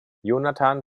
jonathan